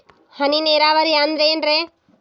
ಹನಿ ನೇರಾವರಿ ಅಂದ್ರೇನ್ರೇ?